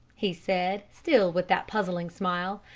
he said, still with that puzzling smile,